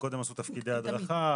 שקודם עושות תפקידי הדרכה.